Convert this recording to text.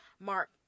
Mark